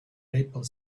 maple